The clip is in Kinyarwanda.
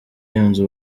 yunze